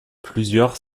plusieurs